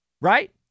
right